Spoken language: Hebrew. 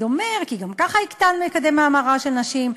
אומר שגם ככה הקטנו את מקדם ההמרה של נשים.